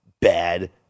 bad